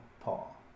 Paul